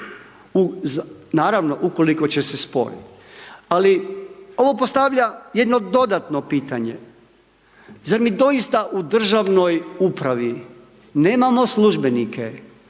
naravno, ukoliko će se sporit. Ali ovo postavlja jedno dodatno pitanje. Zar mi doista u državnoj upravi nemamo službenike